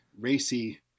racy